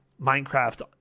Minecraft